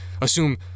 assume